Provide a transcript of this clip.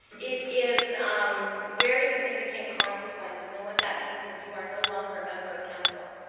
it is um very significant consequences and what that means is you are no longer a member of council.